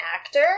actor